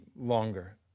longer